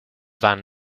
van